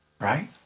right